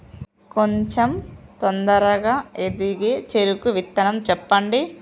కొంచం తొందరగా ఎదిగే చెరుకు విత్తనం చెప్పండి?